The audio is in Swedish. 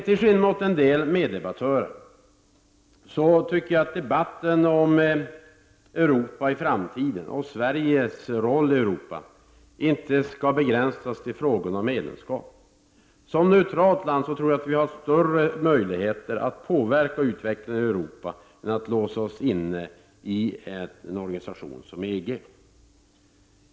Till skillnad från en del meddebattörer tycker jag att debatten om Europa i framtiden och Sveriges roll i Europa inte skall begränsas till frågor om medlemskap. Jag tror att vi har större möjligheter att som ett neutralt land påverka utvecklingen i Europa än om vi låser oss inne i en organisation som EG.